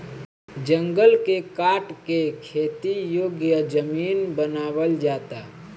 जंगल के काट के खेती योग्य जमीन बनावल जाता